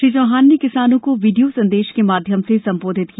श्री चौहान ने किसानों को वीडियो संदेश के माध्यम से संबोधित किया